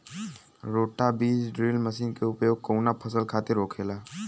रोटा बिज drill machine के उपयोग कऊना फसल खातिर होखेला?